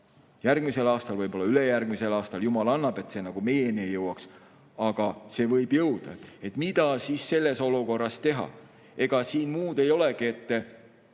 järgmisel aastal, võib-olla ülejärgmisel aastal. Jumal ehk annab, et see meieni ei jõua, aga see võib jõuda. Mida siis selles olukorras teha? Ega siin muud ei olegi, kui